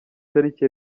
tariki